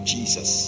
Jesus